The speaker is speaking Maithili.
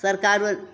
सरकारो